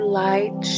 light